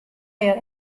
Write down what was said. hjir